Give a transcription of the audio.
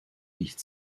nicht